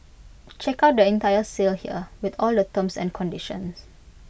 check out their entire sale here with all the terms and conditions